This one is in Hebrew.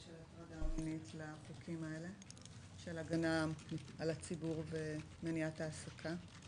לחוקים האלה של הגנה על הציבור ומניעת העסקה?